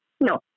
No